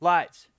Lights